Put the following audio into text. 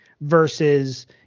versus